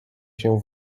się